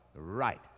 Right